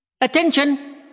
Attention